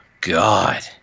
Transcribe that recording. god